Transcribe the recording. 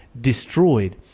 destroyed